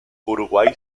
uruguay